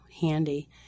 handy